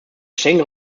schengen